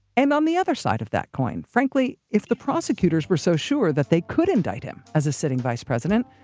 and on the other side of that coin, frankly, if the prosecutors were so sure that they could indict him as a sitting vice president,